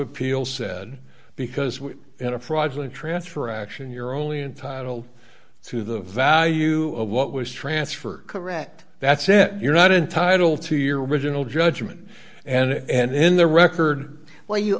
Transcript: appeal said because we had a fraudulent transfer action you're only entitle to the value of what was transferred correct that's it you're not entitled to your original judgment and in the record where you